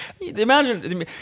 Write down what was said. Imagine